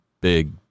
big